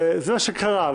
זה מה שקרה.